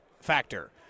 factor